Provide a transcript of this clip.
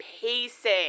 pacing